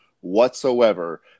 whatsoever